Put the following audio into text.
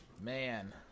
Man